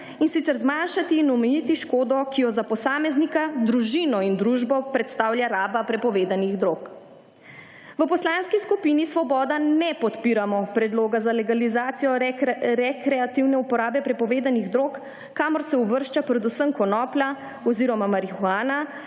in sicer zmanjšati in omejiti škodo, ki jo za posameznika, družino in družbo predstavlja raba prepovedanih drog. V Poslanski skupini Svoboda ne podpiramo predloga za legalizacijo rekreativne uporabe prepovedanih drog, kamor se uvršča predvsem konoplja oziroma marihuana,